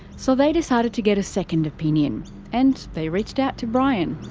so they decided to get a second opinion and they reached out to brian.